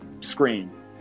screen